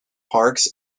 parks